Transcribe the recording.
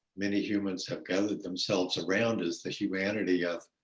many humans have gathered themselves around is the humanity of,